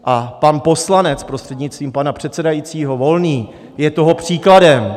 A pan poslanec, prostřednictvím pana předsedajícího, Volný je toho příkladem.